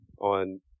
on